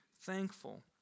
thankful